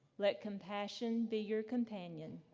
let compassion be your companion,